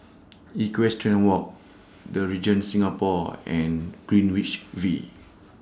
Equestrian Walk The Regent Singapore and Greenwich V